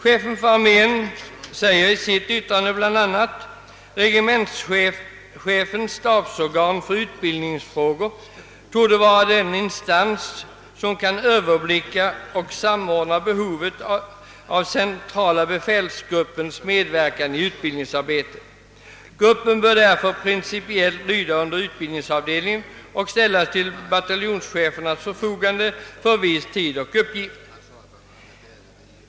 Det heter i yttrandet bl.a. att regementschefens stabsorgan för utbildningsfrågor torde vara den instans som bäst kan överblicka det samlade behovet av centrala befälsgruppens medverkan i utbildningsarbetet. Gruppen bör därför principiellt lyda under utbildningsavdelningen och ställas till bataljonschefs förfogande för viss tid eller uppgift.